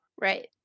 right